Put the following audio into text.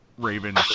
raven